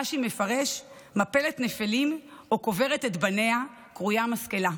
רש"י מפרש: "מפלת נפלים או קוברת את בניה קרויה משכלה".